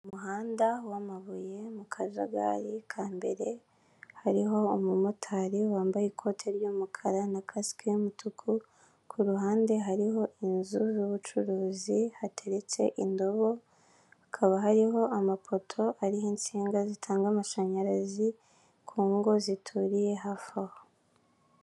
Umuhanda wamabuye mu kajagari ka mbere, hariho umumotari wambaye ikoti ry'umukara na kasike y'umutuku, ku ruhande hariho inzu z'ubucuruzi, hateretse indobo, hakaba hariho amapoto ariho insinga zitanga amashanyarazi ku ngo zituriye hafi aho.